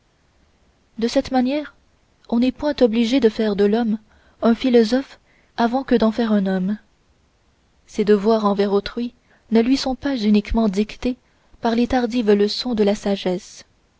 de cette manière on n'est point obligé de faire de l'homme un philosophe avant que d'en faire un homme ses devoirs envers autrui ne lui sont pas uniquement dictés par les tardives leçons de la sagesse